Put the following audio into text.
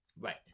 Right